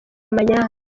amanyanga